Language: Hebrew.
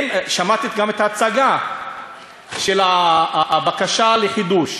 שמעתי גם את ההצגה של הבקשה לחידוש,